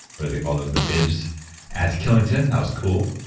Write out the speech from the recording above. where they call them the bibs at killington. that was cool.